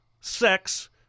sex